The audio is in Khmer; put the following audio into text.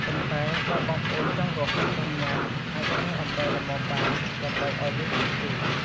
ប៉ុន្តែបើបងប្អូនចង់រហ័សបានញុំា អាចប្រើអំបិលល្មមបាន ដើម្បីឱ្យវាឆាប់ជូរ។